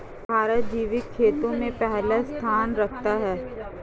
भारत जैविक खेती में पहला स्थान रखता है